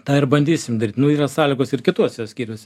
tą ir bandysim daryt nu yra sąlygos ir kituose skyriuose